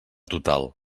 total